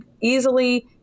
easily